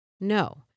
No